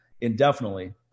indefinitely